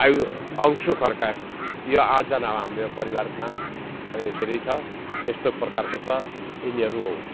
आयु अङ्सू खड्का यो आठजना हो हाम्रो यो परिवारको नाम र यसरी छ यस्तो प्रकारको छ यिनीहरू